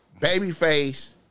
Babyface